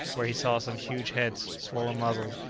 where he saw some huge heads, swollen muzzles,